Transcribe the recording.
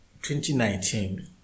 2019